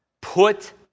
put